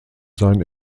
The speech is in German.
sein